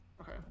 Okay